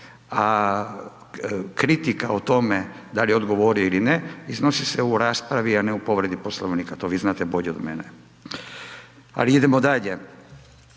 a kritika o tome da li je odgovorio ili ne, iznosi se u raspravi, a ne u povredi Poslovnika, to vi znate bolje od mene. Ali idemo dalje.